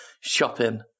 shopping